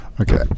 Okay